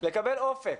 לקבל אופק.